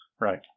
Right